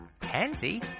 pansy